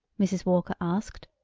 mrs. walker asked.